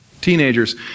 teenagers